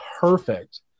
perfect